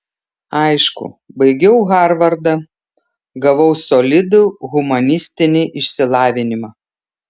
aišku baigiau harvardą gavau solidų humanistinį išsilavinimą